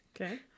Okay